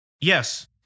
Yes